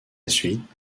suite